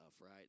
right